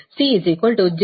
44 10 4 ಸಿಗುತ್ತದೆ